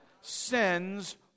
sends